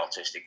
autistic